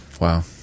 wow